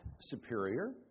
superior